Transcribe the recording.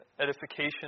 edification